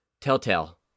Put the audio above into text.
telltale